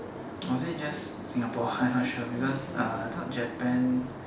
was it just singapore I'm not sure because I thought japan